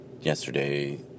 yesterday